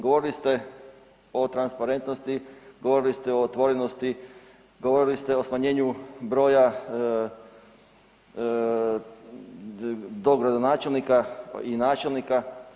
Govorili ste o transparentnosti, govorili ste o otvorenosti, govorili ste o smanjenju broja dogradonačelnika i načelnika.